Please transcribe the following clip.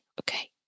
okay